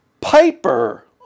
Piper